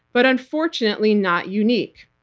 but unfortunately, not unique.